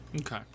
Okay